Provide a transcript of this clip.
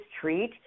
treat